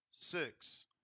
Six